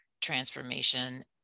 transformation